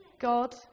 God